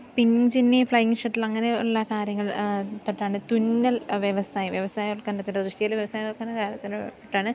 spin jenny flying shuttle അങ്ങനെയുള്ള കാര്യങ്ങൾ തൊട്ടാണ് തുന്നൽ വ്യവസായം വ്യവസായവൽക്കരണത്തിന്റെ ദിശയില് വ്യവസായ വൽക്കരണം